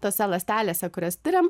tose ląstelėse kurias tiriam